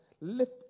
lift